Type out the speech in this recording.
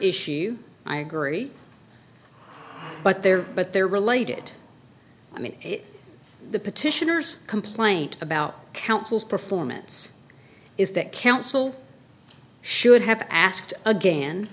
issue i agree but there but they're related i mean the petitioner's complaint about counsel's performance is that counsel should have asked again